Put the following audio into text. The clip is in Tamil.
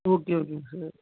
ஓகே ஓகேங்க சார்